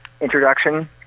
introduction